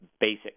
basic